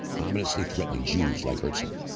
ominously threatening jews like herzl.